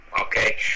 okay